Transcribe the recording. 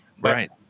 Right